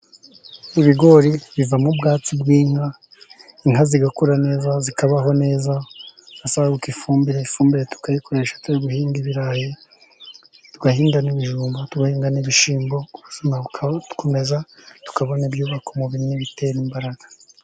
Ibigori bivamo ubwatsi bw'inka, inka zigakura neza zikabaho neza, hasaguka ifumbire, ifumbire tukayikoresha, turi guhinga ibirayi, tugahinga n'imijumba, tugahinga n'ibishyimbo, ubuzima bukaba buri gukomeza, tukabona ibyubaka umubiri n'ibitera imbaraga.